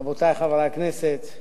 רבותי חברי הכנסת,